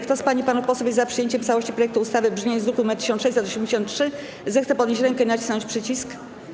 Kto z pań i panów posłów jest za przyjęciem w całości projektu ustawy w brzmieniu z druku nr 1683, zechce podnieść rękę i nacisnąć przycisk.